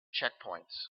checkpoints